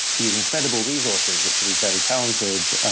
these incredible resources, which are these very talented